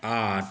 आठ